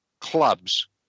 clubs